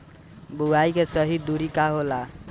बुआई के सही दूरी का होला?